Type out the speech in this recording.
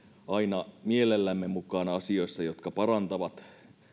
aina mielellämme mukana asioissa jotka parantavat